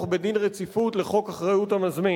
בהחלת דין רציפות על חוק אחריות המזמין.